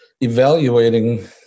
evaluating